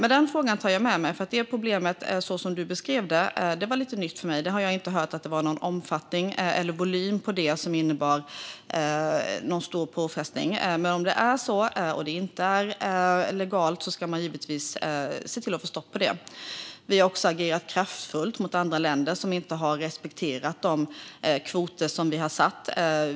Denna fråga tar jag med mig. Problemet, så som det beskrevs, var lite nytt för mig. Jag har inte hört att det är någon omfattning eller volym på detta som innebär en stor påfrestning. Men om det är så och det inte är legalt ska man givetvis se till att få stopp på det. Vi har agerat kraftfullt mot andra länder som inte har respekterat de kvoter som vi har satt.